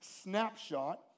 snapshot